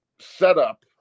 setup